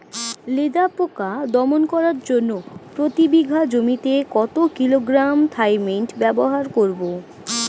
লেদা পোকা দমন করার জন্য প্রতি বিঘা জমিতে কত কিলোগ্রাম থাইমেট ব্যবহার করব?